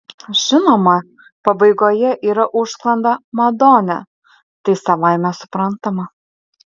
žinoma pabaigoje yra užsklanda madone tai savaime suprantama